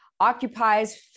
occupies